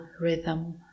rhythm